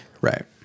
right